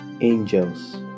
angels